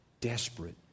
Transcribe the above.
desperate